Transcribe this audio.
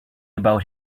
about